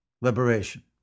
liberation